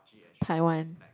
Taiwan